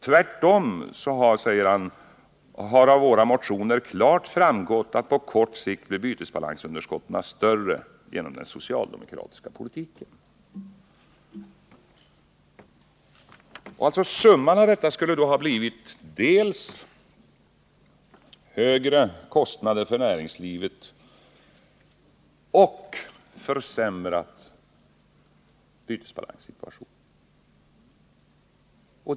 Tvärtom säger han att det av era motioner klart har framgått att bytesbalansunderskotten på kort sikt skulle bli större genom den socialdemokratiska politiken. Summan av detta skulle då ha blivit dels högre kostnader för näringslivet, dels en försämrad bytesbalanssituation för hela landet.